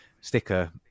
sticker